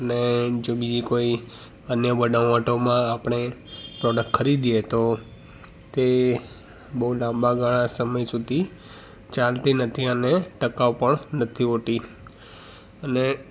અને જો બીજી કોઈ અન્ય બનાવટોમાં આપણે પ્રોડક્ટ ખરીદીએ તો તે બહુ લાંબાગાળા સમય સુધી ચાલતી નથી અને ટકાઉ પણ નથી હોતી અને